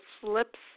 slips